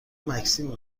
مکسیم